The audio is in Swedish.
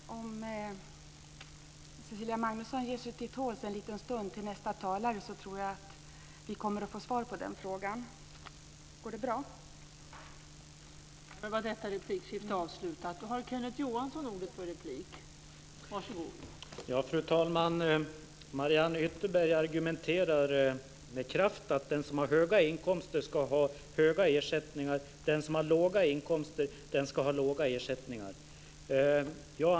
Fru talman! Om Cecilia Magnusson ger sig till tåls en liten stund tills nästa talare kommer upp tror jag att vi får svar på den frågan.